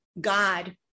God